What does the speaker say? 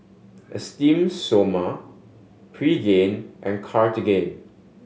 Esteem Stoma Pregain and Cartigain